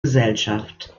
gesellschaft